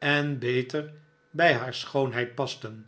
en beter bij haar schoonheid pasten